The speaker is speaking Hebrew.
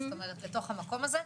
זאת אומרת לתוך המקום הזה.